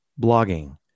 blogging